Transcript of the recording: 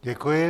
Děkuji.